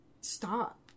stop